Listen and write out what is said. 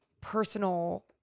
personal